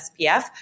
SPF